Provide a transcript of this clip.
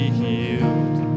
healed